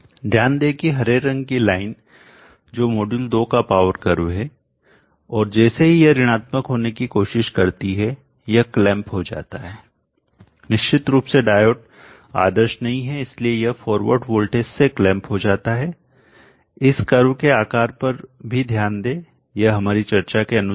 ध्यान दें कि हरे रंग की लाइन जो मॉड्यूल 2 का पावर कर्व है और जैसे ही यह ऋणात्मक होने की कोशिश करती है यह क्लैंप हो जाता है निश्चित रूप से डायोड आदर्श नहीं है इसलिए यह फॉरवर्ड वोल्टेज से क्लैंप हो जाता है इस कर्व के आकार पर भी ध्यान दें यह हमारी चर्चा के अनुसार है